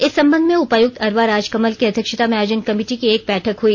इस संबंध में उपायुक्त अरवा राजकमल के अध्यक्षता में आयोजन कमेटी की एक बैठक हई